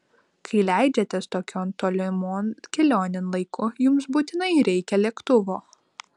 kai leidžiatės tokion tolimon kelionėn laiku jums būtinai reikia lėktuvo